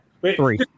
Three